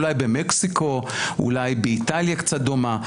אולי במקסיקו, או באיטליה קצת דומה.